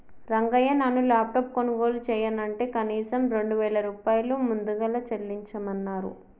రంగయ్య నాను లాప్టాప్ కొనుగోలు చెయ్యనంటే కనీసం రెండు వేల రూపాయలు ముదుగలు చెల్లించమన్నరు